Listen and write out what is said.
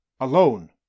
Alone